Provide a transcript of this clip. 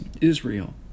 Israel